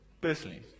personally